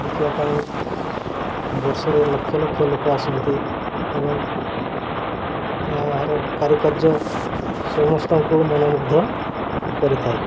ଦେଖିବା ପାଇଁ ବର୍ଷରେ ଲକ୍ଷ ଲକ୍ଷ ଲୋକ ଆସନ୍ତି ଏବଂ ତାହାର କାରୁକାର୍ଯ୍ୟ ସମସ୍ତଙ୍କୁ ମନମୁଗ୍ଧ କରିଥାଏ